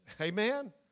Amen